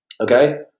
okay